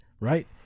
right